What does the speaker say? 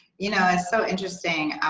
you know, it's so interesting.